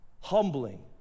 humbling